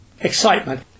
excitement